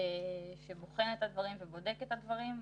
שבוחן את הדברים ובודק את הדברים,